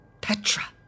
Petra